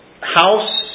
house